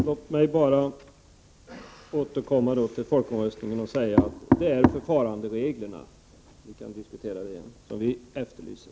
Låt mig angående folkomröstningar säga att det är förfarandereglerna som vi efterlyser.